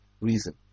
reason